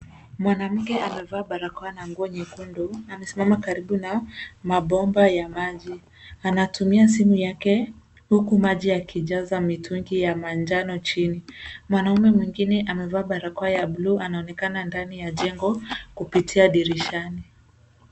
Mwanamke anavaa barakoa na nguo nyekundu amesimama karibu na mabomba ya maji. Anatumia simu yake huku maji akijaza mitungi ya manjano chini. Mwanamume mwingine amevaa barakoa amevaa barakoa ya buluu anaonekana ndani ya jengo kupitia dirishani.